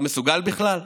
אתה מסוגל בכלל?